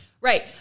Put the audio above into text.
right